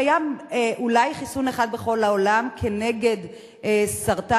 קיים אולי חיסון אחד בכל העולם נגד סרטן,